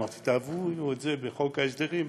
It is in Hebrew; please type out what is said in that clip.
אמרתי: תעבירו את זה בחוק ההסדרים,